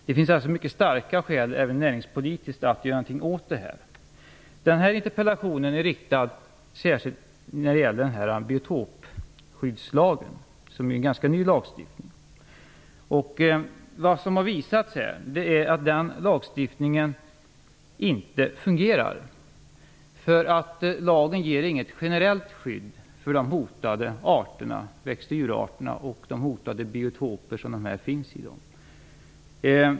Det finns alltså mycket starka skäl även näringspolitiskt att göra någonting åt det här. Den här interpellationen gäller särskilt biotopskyddslagen, som är en ganska ny lagstiftning. Vad som här har visat sig är att den lagstiftningen inte fungerar. Lagen ger inget generellt skydd åt de hotade växt och djurarterna och de hotade biotoper dessa finns i.